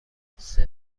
سوم